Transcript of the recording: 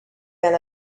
than